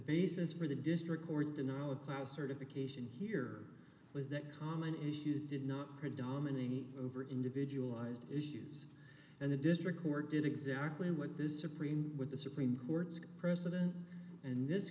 basis for the district or denial of class certification here was that common issues did not predominate over individualized issues and the district court did exactly what this supreme with the supreme court's precedent and this